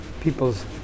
people's